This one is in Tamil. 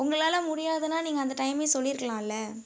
உங்களால் முடியாதுன்னா நீங்கள் அந்த டைம் சொல்லிருக்கலாம்ல